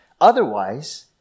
Otherwise